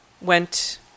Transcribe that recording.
went